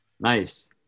Nice